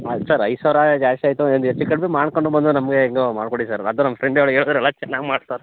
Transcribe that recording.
ಹಾಂ ಸರ್ ಐದು ಸಾವಿರ ಜಾಸ್ತಿಯಾಯಿತು ಒಂದು ಹೆಚ್ಚು ಕಡಿಮೆ ಮಾಡಿಕೊಂಡು ಬಂದು ನಮಗೆ ಹೇಗೋ ಮಾಡಿಕೊಡಿ ಸರ್ ಅದು ನಮ್ಮ ಫ್ರೆಂಡ್ ಅವ್ರು ಹೇಳ್ದರಲ್ಲಾ ಚೆನ್ನಾಗಿ ಮಾಡ್ತರೆ